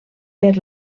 per